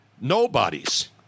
nobodies